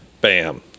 Bam